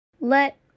Let